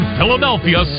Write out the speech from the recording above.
Philadelphia